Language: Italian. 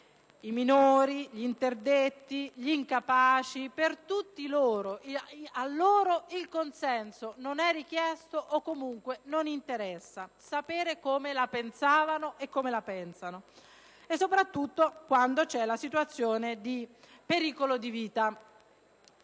Ai minori, agli interdetti, agli incapaci il consenso non è richiesto o, comunque, non interessa sapere come la pensavano e come la pensano, soprattutto quando c'è la situazione di pericolo di vita.